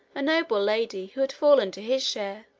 a noble lady, who had fallen to his share,